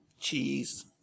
Cheese